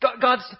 God's